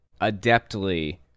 adeptly